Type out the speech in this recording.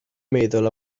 meddwl